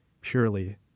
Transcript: purely